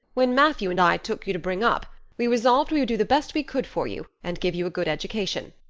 when matthew and i took you to bring up we resolved we would do the best we could for you and give you a good education.